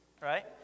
right